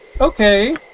Okay